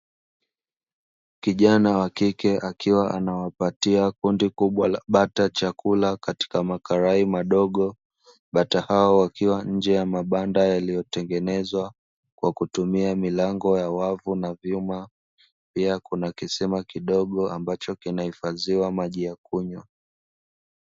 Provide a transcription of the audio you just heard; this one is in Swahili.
Kijana wa kike akiwa anawapatia kundi kubwa la bata chakula katika makarai madogo, bata hawa wakiwa nje ya mabanda yaliyotengenezwa kwa kutumia milango ya wavu na vyuma, pia kuna kisima kidogo ambacho kinahifadhiwa maji ya kunywa.